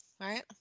Right